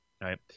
right